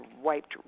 wiped